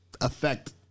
affect